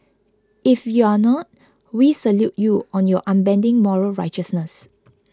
if you're not we salute you on your unbending moral righteousness